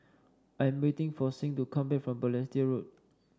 I'm waiting for Sing to come back from Balestier Road